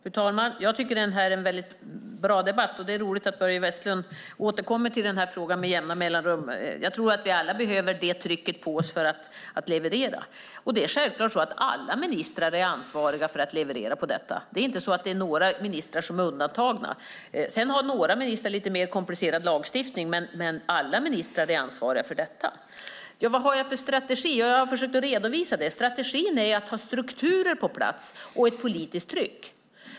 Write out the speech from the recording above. Fru talman! Jag tycker att det här är en bra debatt. Det är roligt att Börje Vestlund återkommer till frågan med jämna mellanrum. Jag tror att vi alla behöver detta tryck på oss för att leverera. Det är självklart att alla ministrar är ansvariga för att leverera detta. Det finns inte några ministrar som är undantagna. Några ministrar har lite mer komplicerad lagstiftning, men alla ministrar är ansvariga. Vad har jag för strategi? Jag har försökt redovisa det. Strategin är att ha strukturer på plats och ett politiskt tryck.